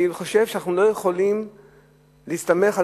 אני חושב שאנחנו לא יכולים להסתמך על